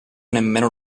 nemmeno